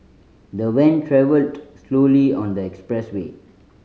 the van travelled slowly on the expressway